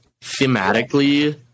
thematically